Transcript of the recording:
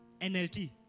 NLT